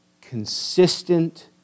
consistent